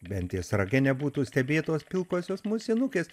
ventės rage nebūtų stebėtos pilkosios musinukės